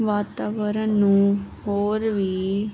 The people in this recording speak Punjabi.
ਵਾਤਾਵਰਨ ਨੂੰ ਹੋਰ ਵੀ